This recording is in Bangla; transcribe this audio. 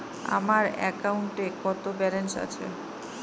আমার অ্যাকাউন্টে কত ব্যালেন্স আছে?